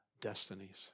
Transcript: destinies